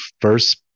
first